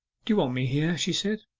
do you want me here she said.